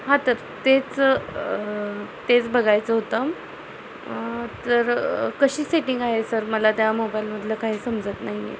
हां तर तेच तेच बघायचं होतं तर कशी सेटिंग आहे सर मला त्या मोबाईलमधलं काही समजत नाही आहे